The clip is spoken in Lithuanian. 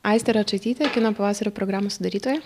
aistė račaitytė kino pavasario programos sudarytoja